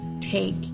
take